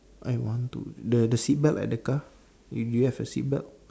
eh one two the the seat belt at the car you you have the seat belt